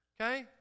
okay